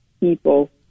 people